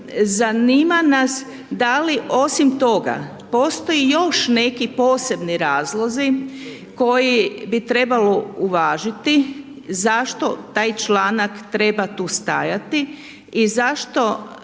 zanima nas da li osim toga postoje još neki posebni razlozi koje bi trebalo uvažiti zašto taj članak treba tu stajati i zašto